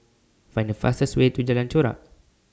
Find The fastest Way to Jalan Chorak